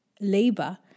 labor